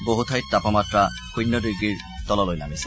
বহু ঠাইত তাপমাত্ৰা শূন্য ডিগ্ৰীৰ তললৈ নামিছে